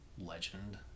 legend